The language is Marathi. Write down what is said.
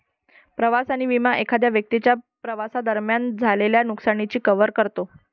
प्रवास विमा एखाद्या व्यक्तीच्या प्रवासादरम्यान झालेल्या नुकसानाची कव्हर करतो